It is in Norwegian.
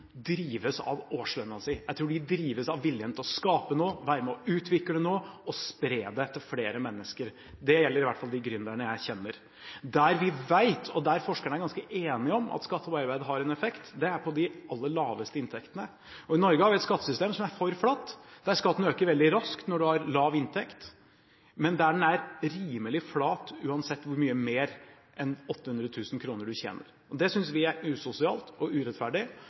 drives av årslønna si – jeg tror de drives av viljen til å skape noe, være med og utvikle noe og spre det til flere mennesker. Det gjelder i hvert fall de gründerne jeg kjenner. Der vi vet – og der er forskerne ganske enige – at skatt på arbeid har en effekt, er på de aller laveste inntektene. I Norge har vi et skattesystem som er for flatt – skatten øker veldig raskt når du har lav inntekt, men er rimelig flat uansett hvor mye mer enn 800 000 kr du tjener. Det synes vi er usosialt og urettferdig.